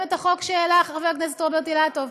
את החוק שהעלה חבר הכנסת רוברט אילטוב.